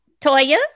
Toya